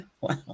Wow